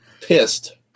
Pissed